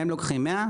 הם לוקחים 100,